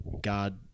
god